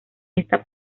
esta